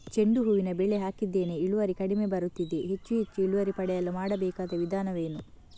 ಚೆಂಡು ಹೂವಿನ ಬೆಳೆ ಹಾಕಿದ್ದೇನೆ, ಇಳುವರಿ ಕಡಿಮೆ ಬರುತ್ತಿದೆ, ಹೆಚ್ಚು ಹೆಚ್ಚು ಇಳುವರಿ ಪಡೆಯಲು ಮಾಡಬೇಕಾದ ವಿಧಾನವೇನು?